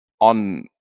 on